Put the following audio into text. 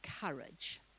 courage